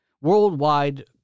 worldwide